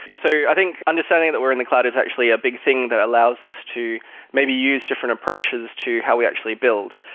so i think understanding that we're in the cloud is actually a big thing. that allows us to maybe use different approaches to how we actually build.